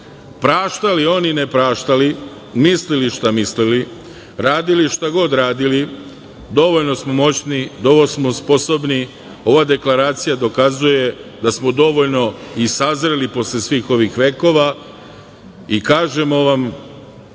praštali oni ili ne praštali, mislili šta mislili, radili šta god radili, dovoljno smo moćni, dobro smo sposobni, ova deklaracija dokazuje da smo dovoljno i sazreli posle svih ovih vekova i kažemo vam